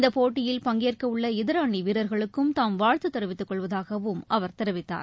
இந்தப்போட்டியில் பங்கேற்கஉள்ள இதரஅணிவீரர்களுக்கும் தாம் வாழ்த்துத் தெரிவித்துக் கொள்வதாகவும் அவர் தெரிவித்தார்